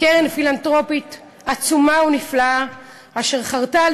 קרן פילנתרופית עצומה ונפלאה אשר חרתה על